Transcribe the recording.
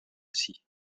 aussi